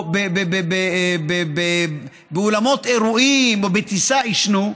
או באולמות אירועים, או בטיסה, עישנו,